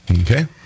Okay